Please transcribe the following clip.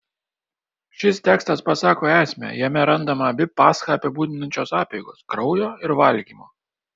šis tekstas pasako esmę jame randama abi paschą apibūdinančios apeigos kraujo ir valgymo